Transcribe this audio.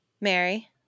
Mary